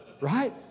Right